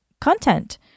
content